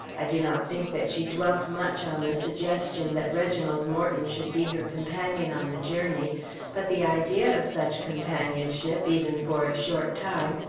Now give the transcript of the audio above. i do not think that she dwelt much on the suggestion that reginald morton should be her companion on the journey but the idea of such companionship, even for a short time,